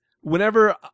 whenever